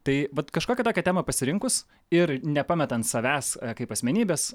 tai vat kažkokią tokią temą pasirinkus ir nepametant savęs kaip asmenybės